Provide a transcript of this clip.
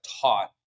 taught